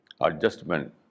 adjustment